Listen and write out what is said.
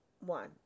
One